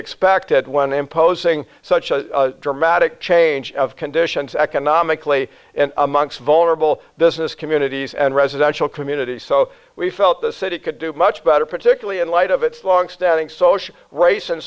expected when imposing such a dramatic change of conditions economically amongst vulnerable business communities and residential communities so we felt the city could do much better particularly in light of its longstanding social grace and